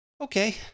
Okay